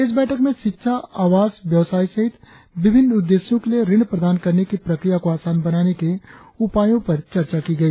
इस बैठक में शिक्षा आवास व्यवसाय सहित विभिन्न उद्देश्यों के लिए ऋण प्रदान करने की प्रक्रिया को आसान बनाने के उपायों पर चर्चा की गई